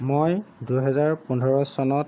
মই দুহেজাৰ পোন্ধৰ চনত